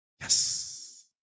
yes